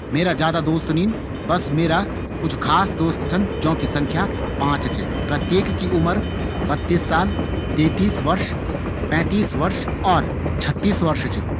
मेरा ज्यादा दोस्त नीन। बस मेरा कुछ खास दोस्त छन। ज्यूँकि संख्या पांच च। और ज्यूँकि उम्र बत्तीस ,तेतीस ,पैतीस और छत्तीस वर्ष च।